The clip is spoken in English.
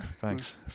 Thanks